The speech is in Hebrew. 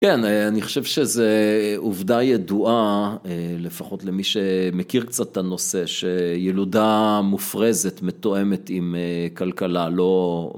כן אני חושב שזה עובדה ידועה לפחות למי שמכיר קצת את הנושא שילודה מופרזת מתואמת עם כלכלה לא